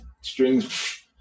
strings